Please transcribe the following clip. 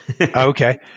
Okay